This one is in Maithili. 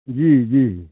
जी जी